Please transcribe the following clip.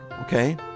okay